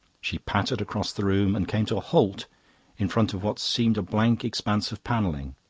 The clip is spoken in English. she pattered across the room and came to a halt in front of what seemed a blank expense of panelling.